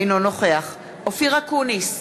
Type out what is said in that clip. אינו נוכח אופיר אקוניס,